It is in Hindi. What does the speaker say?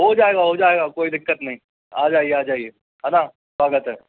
हो जाएगा हो जाएगा कोई दिक्कत नहीं आ जाइए आ जाइए हैना स्वागत है